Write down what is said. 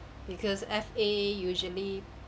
because F_A usually